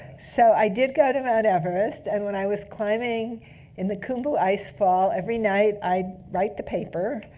so i did go to mount everest. and when i was climbing in the khumbu icefall, every night, i'd write the paper.